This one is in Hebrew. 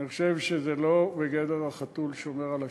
אני חושב שזה לא בגדר החתול שומר על השמנת,